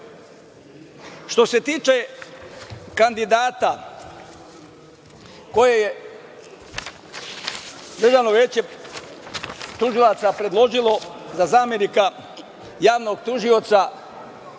se tiče kandidata koje je Državno veće tužilaca predložilo za zamenika javnog tužioca